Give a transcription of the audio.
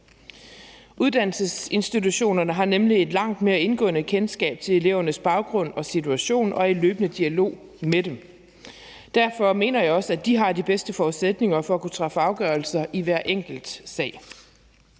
Uddannelsesinstitutionerne har nemlig et langt mere indgående kendskab til elevernes baggrund og situation og er i løbende dialog med dem. Derfor mener jeg også, at de har de bedste forudsætninger for at kunne træffe afgørelser i hver enkelt sag.